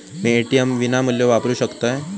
मी ATM विनामूल्य वापरू शकतय?